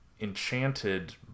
enchanted